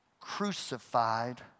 crucified